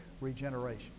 regeneration